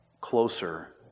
closer